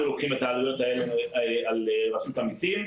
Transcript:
לוקחים את העלויות האלו על רשות המיסים,